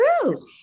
true